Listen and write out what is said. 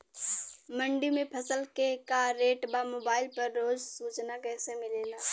मंडी में फसल के का रेट बा मोबाइल पर रोज सूचना कैसे मिलेला?